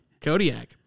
Kodiak